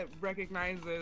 recognizes